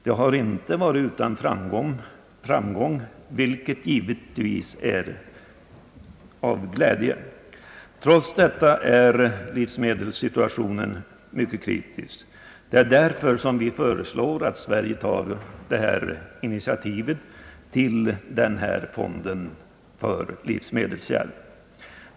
De har inte varit utan framgång — vilket givetvis är tillfredsställande. Trots detta är livsmedelssituationen mycket kritisk. Det är därför som vi föreslår att Sverige tar initiativet till en fond för multilateral livsmedelshjälp.